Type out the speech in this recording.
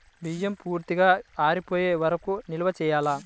బియ్యం పూర్తిగా ఆరిపోయే వరకు నిల్వ చేయాలా?